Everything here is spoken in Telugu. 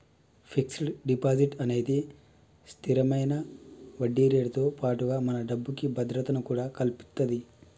ఫిక్స్డ్ డిపాజిట్ అనేది స్తిరమైన వడ్డీరేటుతో పాటుగా మన డబ్బుకి భద్రతను కూడా కల్పిత్తది